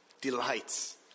delights